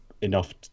enough